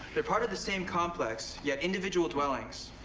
they're part of the same complex, yet individual dwellings.